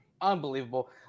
Unbelievable